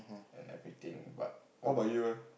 and everything but what about you eh